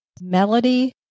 Melody